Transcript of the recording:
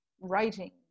writing